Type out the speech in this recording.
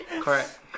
Correct